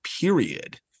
period